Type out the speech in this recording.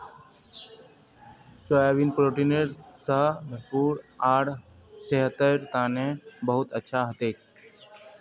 soybean protein स भरपूर आर सेहतेर तने बहुत अच्छा हछेक